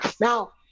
Now